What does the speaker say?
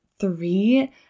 three